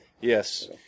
Yes